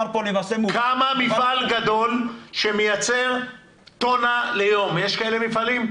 מפעל גדול שמייצר טונה ליום, יש מפעלים כאלה?